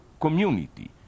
community